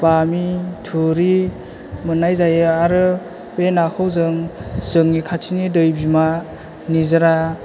बामि थुरि मोन्नाय जायो आरो बे नाखौ जों जोंनि खाथिनि दै बिमा निजोरा